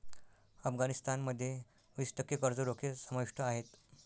अफगाणिस्तान मध्ये वीस टक्के कर्ज रोखे समाविष्ट आहेत